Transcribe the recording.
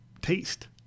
taste